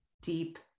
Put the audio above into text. deep